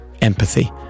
empathy